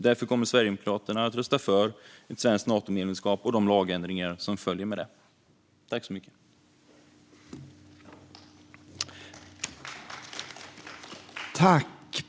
Därför kommer Sverigedemokraterna att rösta för ett svenskt Natomedlemskap och de lagändringar som följer med detta.